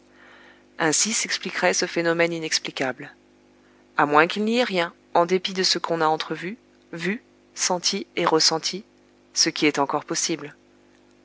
ainsi s'expliquerait ce phénomène inexplicable à moins qu'il n'y ait rien en dépit de ce qu'on a entrevu vu senti et ressenti ce qui est encore possible